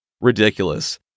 ridiculous